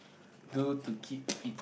do to keep fit